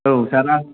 औ सार आं